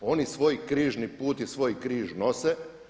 Oni svoj križni put i svoj križ nose.